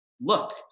Look